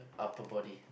upper body